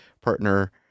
partner